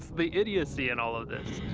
the idiocy in all of this.